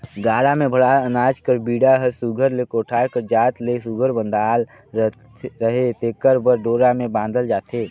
गाड़ा मे भराल अनाज कर बीड़ा हर सुग्घर ले कोठार कर जात ले सुघर बंधाले रहें तेकर बर डोरा मे बाधल जाथे